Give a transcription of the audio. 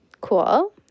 Cool